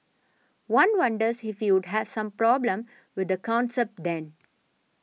one wonders if he would have a problem with the concept then